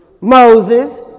Moses